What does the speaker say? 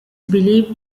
believed